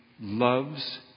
loves